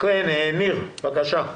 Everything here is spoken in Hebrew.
ניר בבקשה.